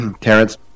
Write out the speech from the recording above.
Terrence